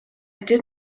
did